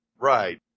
Right